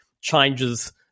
changes